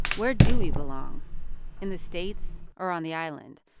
where do we belong in the states or on the island?